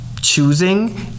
choosing